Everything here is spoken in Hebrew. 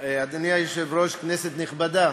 כנסת נכבדה,